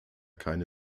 keine